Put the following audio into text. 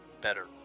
better